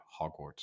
Hogwarts